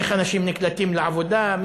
איך אנשים נקלטים לעבודה,